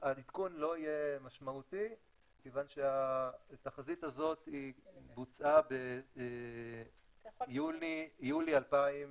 העדכון לא יהיה משמעותי כיוון שהתחזית הזאת בוצעה ביולי 2020